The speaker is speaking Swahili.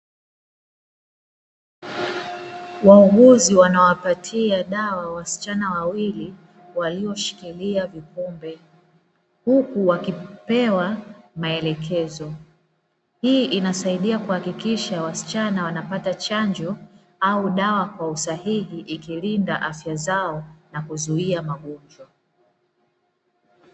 Wauguzi wanawapatia dawa wasichana wawili walioshikilia vikombe, na huku wakipewa maelekezo hii inasaidia kuhakikisha wasichana wanapata chanjo au dawa kwa usahihi ikilinda afya zao na kuzuia magonjwa.